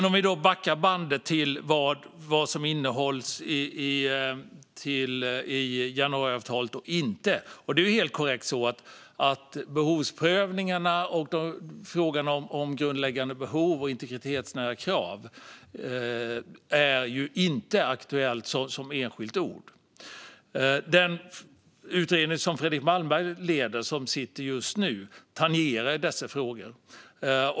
Om vi backar bandet till vad som finns med och inte finns med i januariavtalet är det korrekt att behovsprövningarna, frågan om grundläggande behov och integritetsnära krav inte är ord som är aktuella. Den utredning som Fredrik Malmberg leder och som jobbar just nu tangerar dessa frågor.